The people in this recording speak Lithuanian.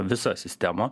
visą sistemą